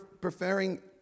preferring